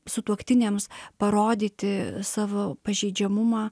sutuoktiniams parodyti savo pažeidžiamumą